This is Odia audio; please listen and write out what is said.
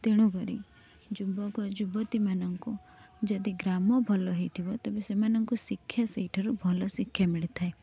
ତେଣୁକରି ଯୁବକ ଯୁବତୀ ମାନଙ୍କୁ ଯଦି ଗ୍ରାମ ଭଲ ହେଇଥିବ ତେବେ ସେମାନଙ୍କୁ ଶିକ୍ଷା ସେଇଠାରୁ ଭଲ ଶିକ୍ଷା ମିଳିଥାଏ